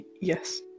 Yes